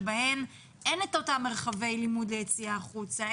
שבהן אין את אותם מרחבי לימוד ליציאה החוצה,